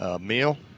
meal